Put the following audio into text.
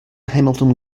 hamilton